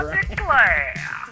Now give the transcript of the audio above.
declare